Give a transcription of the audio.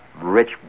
rich